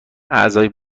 اعضای